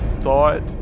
thought